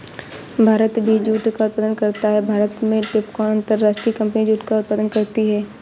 भारत भी जूट का उत्पादन करता है भारत में टैपकॉन अंतरराष्ट्रीय कंपनी जूट का उत्पादन करती है